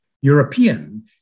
European